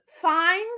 fine